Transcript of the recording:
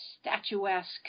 statuesque